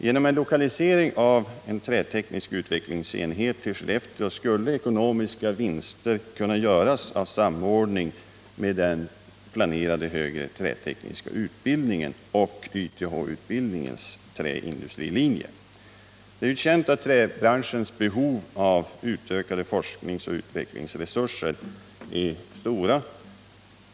Genom en lokalisering av en träteknisk utvecklingsenhet till Skellefteå skulle ekonomiska vinster kunna göras av samordning med den planerade högre trätekniska utbildningen och YTH-utbildningens träindustrilinje. Det är ju känt att träbranschens behov av utökade forskningsoch utvecklingsresurser är stora.